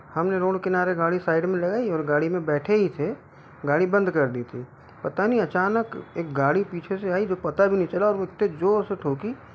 हमने रोड किनारे गाड़ी साइड में लगाई और गाड़ी में बैठे ही थे गाड़ी बंद कर दी थी पता नहीं अचानक एक गाड़ी पीछे से आई जो पता भी नहीं चला और वो इतने जोर से ठोकी